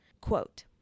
Quote